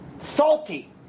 salty